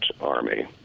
army